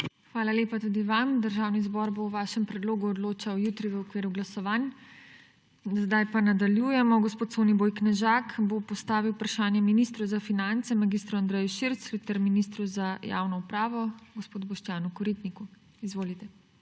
Hvala lepa tudi vam. Državni zbor bo o vašem predlogu odločal jutri v okviru glasovanj. Zdaj pa nadaljujemo. Gospod Soniboj Knežak bo postavil vprašanje ministru za finance mag. Andreju Širclju ter ministru za javno upravo gospodu Boštjanu Koritniku. Izvolite.